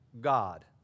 God